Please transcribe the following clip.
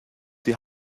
die